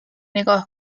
نگاه